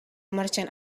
merchant